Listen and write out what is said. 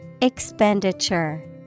Expenditure